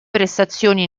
prestazioni